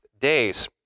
days